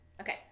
Okay